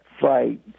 fight